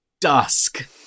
Dusk